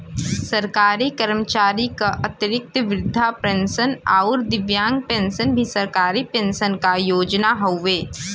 सरकारी कर्मचारी क अतिरिक्त वृद्धा पेंशन आउर दिव्यांग पेंशन भी सरकारी पेंशन क योजना हउवे